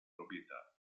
proprietà